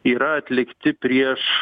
yra atlikti prieš